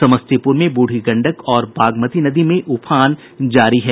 समस्तीपुर में बूढ़ी गंडक और बागमती नदी में उफान जारी है